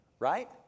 Right